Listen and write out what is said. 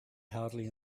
hardly